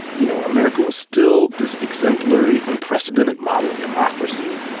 you know, america was still this exemplary, unprecedented model of democracy,